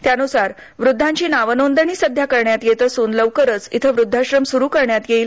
त्यानुसार व्रद्धांची नावनोंदणी सध्या करण्यात येत असून लवकरच इथं वुद्धाश्रम सुरू करण्यात येईल